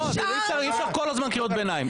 לא, אי אפשר כל הזמן קריאות ביניים.